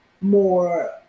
more